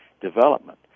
development